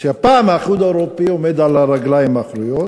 שהפעם האיחוד האירופי עומד על הרגליים האחוריות